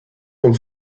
vom